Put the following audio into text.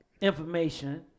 information